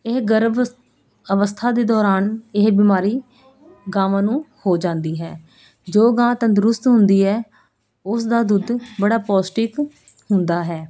ਇਹ ਗਰਭ ਵਸ ਅਵਸਥਾ ਦੇ ਦੌਰਾਨ ਇਹ ਬਿਮਾਰੀ ਗਾਵਾਂ ਨੂੰ ਹੋ ਜਾਂਦੀ ਹੈ ਜੋ ਗਾਂ ਤੰਦਰੁਸਤ ਹੁੰਦੀ ਹੈ ਉਸ ਦਾ ਦੁੱਧ ਬੜਾ ਪੌਸ਼ਟਿਕ ਹੁੰਦਾ ਹੈ